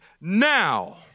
now